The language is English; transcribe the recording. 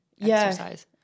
exercise